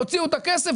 תוציאו את הכסף,